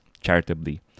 charitably